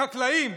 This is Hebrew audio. חקלאים.